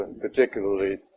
particularly